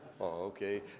okay